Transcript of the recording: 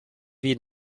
wie